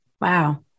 wow